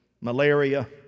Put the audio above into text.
malaria